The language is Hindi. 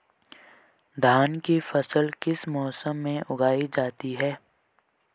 धान की फसल किस मौसम में उगाई जाती है?